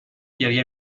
گریه